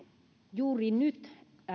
juuri nyt